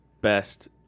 best